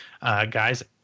Guys